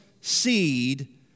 seed